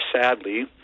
sadly